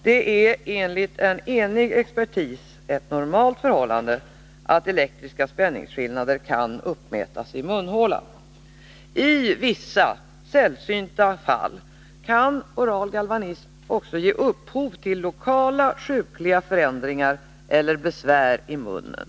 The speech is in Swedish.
Det är enligt en enig expertis ett normalt förhållande att elektriska spänningsskillnader kan uppmätas i munhålan. I vissa sällsynta fall kan oral galvanism ge upphov till lokala sjukliga förändringar eller besvär i munnen.